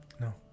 no